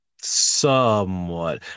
Somewhat